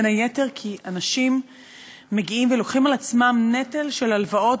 בין היתר כי אנשים לוקחים על עצמם נטל של הלוואות